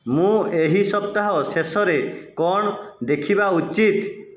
ମୁଁ ଏହି ସପ୍ତାହ ଶେଷରେ କଣ ଦେଖିବା ଉଚିତ୍